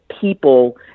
people